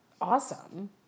awesome